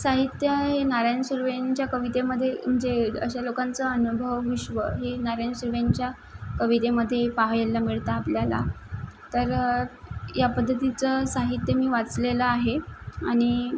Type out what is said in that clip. साहित्य हे नारायण सुर्वेंच्या कवितेमध्ये म्हणजे अशा लोकांचा अनुभव विश्व हे नारायण सुर्वेंच्या कवितेमधे पाहायला मिळतं आपल्याला तर या पद्धतीचं साहित्य मी वाचलेलं आहे आणि